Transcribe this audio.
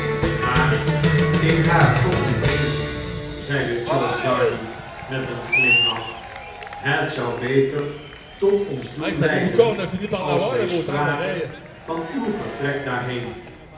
maar ik ga er toch niet heen zeide charles darnay met een glimlach het zou beter tot ons doel leiden als wy spraken van uw vertrek